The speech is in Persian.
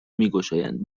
میگشایند